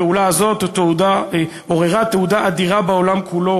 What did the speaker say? הפעולה הזאת עוררה תהודה אדירה בעולם כולו